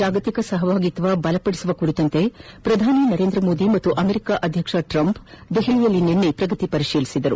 ಜಾಗತಿಕ ಸಹಭಾಗಿತ್ವ ಬಲಪಡಿಸುವ ಕುರಿತಂತೆ ಪ್ರಧಾನಮಂತ್ರಿ ನರೇಂದ್ರ ಮೋದಿ ಮತ್ತು ಅಮೆರಿಕ ಅಧ್ಯಕ್ಷ ಡೊನಾಲ್ಡ್ ಟ್ರಂಪ್ ದೆಹಲಿಯಲ್ಲಿ ನಿನ್ನೆ ಪ್ರಗತಿ ಪರಿಶೀಲನೆ ನಡೆಸಿದರು